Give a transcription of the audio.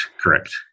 correct